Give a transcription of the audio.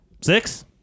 Six